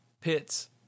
pits